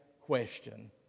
question